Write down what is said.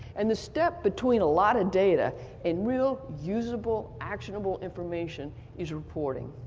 and the step between a lot of data and real usable actionable information is reporting.